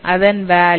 அதன் வேல்யூ